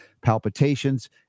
palpitations